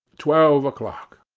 twelve o'clock.